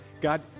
God